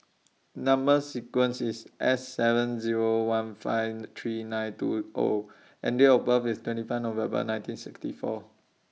Number sequence IS S seven Zero one five three nine two O and Date of birth IS twenty five November nineteen sixty four